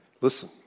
listen